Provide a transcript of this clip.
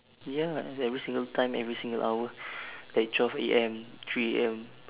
ya at every single time every single hour at twelve A_M three A_M